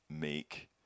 make